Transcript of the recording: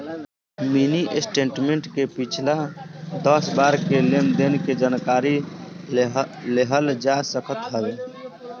mini statement से पिछला दस बार के लेनदेन के जानकारी लेहल जा सकत हवे